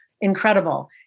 incredible